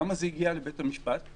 למה זה הגיע לבית המשפט?